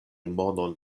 monon